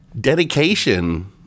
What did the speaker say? dedication